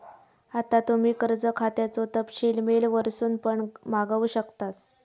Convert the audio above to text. आता तुम्ही कर्ज खात्याचो तपशील मेल वरसून पण मागवू शकतास